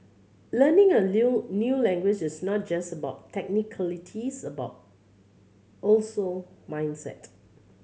learning a new language is not just about technicalities about also mindset